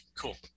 cool